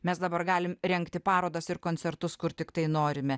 mes dabar galim rengti parodas ir koncertus kur tiktai norime